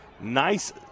Nice